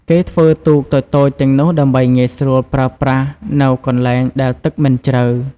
គេធ្វើទូកតូចៗទាំងនោះដើម្បីងាយស្រួលប្រើប្រាស់នៅកន្លែងដែលទឹកមិនជ្រៅ។